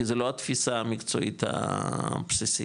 כי זה לא התפיסה המקצועית הבסיסית,